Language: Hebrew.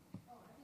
אדוני